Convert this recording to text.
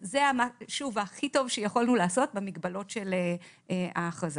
זה הכי טוב שיכולנו לעשות במגבלות של האכרזה.